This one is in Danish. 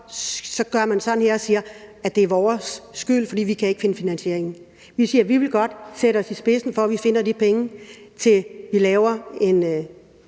næste finanslov, så siger man, at det er vores skyld, fordi vi ikke kan finde finansiering. Vi siger, at vi godt vil sætte os i spidsen for, at vi finder de penge til at lave en